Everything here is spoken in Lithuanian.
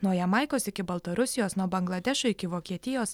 nuo jamaikos iki baltarusijos nuo bangladešo iki vokietijos